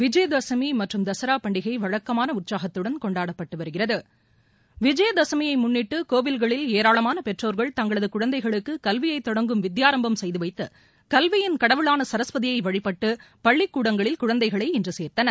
விஜயதசமி மற்றும் தசரா பண்டிகை வழக்கமான உற்சாகத்துடன் கொண்டாடப்பட்டு வருகிறது விஜயதசமிய முன்னிட்டு கோயில்களில் ஏராளமான பெற்றோர்கள் தங்களது குழந்தைகளுக்கு கல்வியை தொடங்கும் வித்யா ரம்பம் செய்து வைத்து கல்வியின் கடவுளான சரஸ்வதியை வழிபட்டு பள்ளிக்கூடங்களில் குழந்தைகளை இன்று சேர்த்தனர்